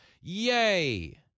Yay